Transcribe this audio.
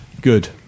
good